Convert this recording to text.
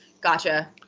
Gotcha